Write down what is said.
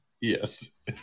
Yes